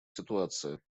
ситуация